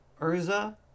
Urza